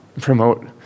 promote